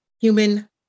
human